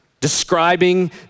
describing